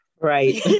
Right